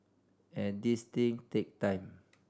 and these thing take time